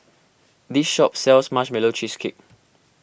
this shop sells Marshmallow Cheesecake